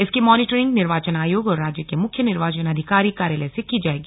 इसकी मॉनीटरिंग निर्वाचन आयोग और राज्य के मुख्य निर्वाचन अधिकारी कार्यालय से की जाएगी